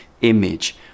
image